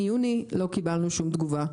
מיוני לא קיבלנו שום תגובה.